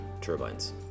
turbines